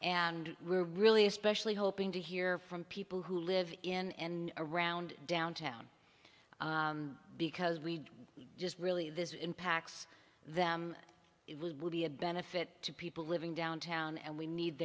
and we're really especially hoping to hear from people who live in and around downtown because we just really this impacts them it will be a benefit to people living downtown and we need